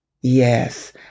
Yes